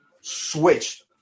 switched